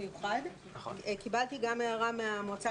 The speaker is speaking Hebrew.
גנים, כיתות א'-ב', כיתות ג'-ד', כיתות ה'